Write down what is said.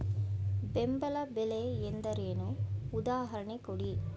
ಬೆಂಬಲ ಬೆಲೆ ಎಂದರೇನು, ಉದಾಹರಣೆ ಕೊಡಿ?